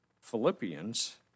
Philippians